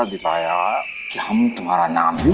attire or and um